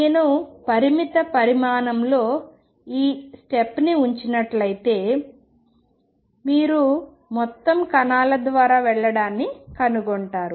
నేను పరిమిత పరిమాణంలో ఈ స్టెప్ ని ఉంచినట్లయితే మీరు మొత్తం కణాలు ద్వారా వెళ్లడాన్ని కనుగొంటారు